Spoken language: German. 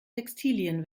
textilien